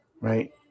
right